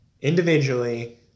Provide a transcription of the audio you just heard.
individually